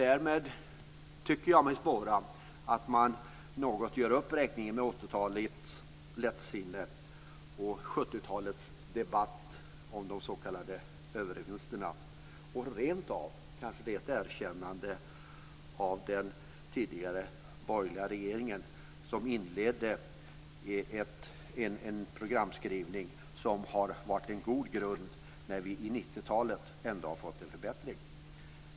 Därmed tycker jag mig spåra att man något gör upp räkningen med 80-talets lättsinne och 70-talets debatt om de s.k. övervinsterna. Rentav kanske det är ett erkännande av den tidigare borgerliga regeringen, som inledde en programskrivning som har varit en god grund när vi i 90-talet ändå fick en förbättring.